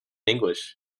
english